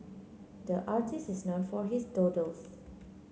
the artist is known for his doodles